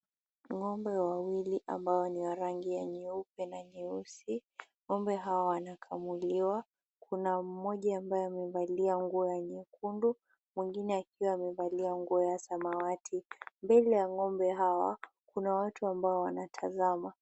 Ng'ombe wawili ambao ni wa rangi ya nyeupe na nyeusi. Ng'ombe hawa wanakamuliwa. Kuna mmoja ambaye amevalia nguo ya nyekundu mwingine akiwa amevaliwa nguo ya samawati. Mbele ya ng'ombe hawa, kuna watu ambao wanatazama.